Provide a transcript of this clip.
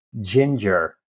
ginger